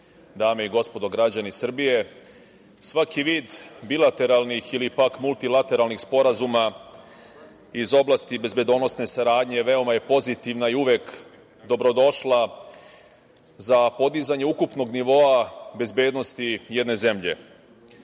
dame i gospodo građani Srbije. Svaki vid bilateralnih ili multilateralnih sporazuma iz oblasti bezbednosne saradnje veoma je pozitivna i uvek dobrodošla za podizanje ukupnog nivoa bezbednosti jedne zemlje. Svaka